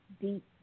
deep